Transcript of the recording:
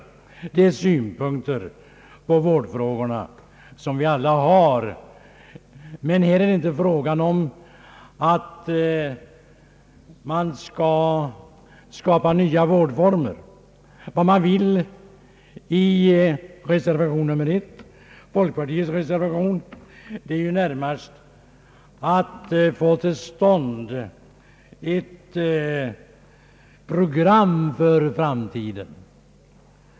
Han har framfört synpunkter på vårdfrågorna som vi alla har, men här är det inte fråga om att man skall skapa nya vårdformer. Vad man vill enligt reservation 1, folkpartiets reservation, är närmast att få till stånd ett program för framtiden.